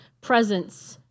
presence